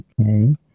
okay